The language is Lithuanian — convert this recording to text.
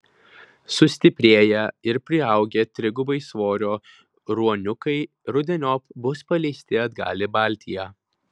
sustiprėję ir priaugę trigubai svorio ruoniukai rudeniop bus paleisti atgal į baltiją